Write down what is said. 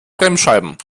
bremsscheiben